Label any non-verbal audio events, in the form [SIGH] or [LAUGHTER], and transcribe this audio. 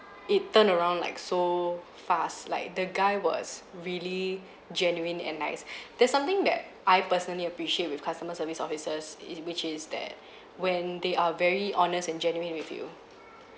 it turned around like so fast like the guy was really genuine and nice [BREATH] there's something that I personally appreciate with customer service officers is which is that [BREATH] when they are very honest and genuine with you